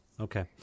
Okay